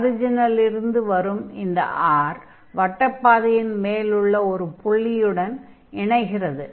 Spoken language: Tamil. ஆரிஜினிலிருந்து வரும் இந்த r வட்டப் பாதையின் மேல் உள்ள ஒரு புள்ளியுடன் இணைகிறது